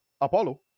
Apollo